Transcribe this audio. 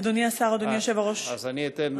אדוני השר, אדוני היושב-ראש, אז אני אתן